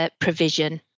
provision